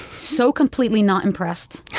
so completely not impressed